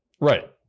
Right